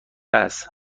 است